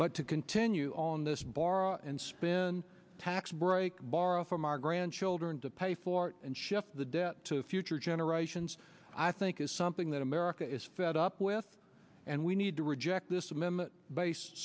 but to continue on this borrow and spin tax break borrow from our grandchildren to pay for it and shift the debt to future generations i think is something that america is fed up with and we need to reject this amendment based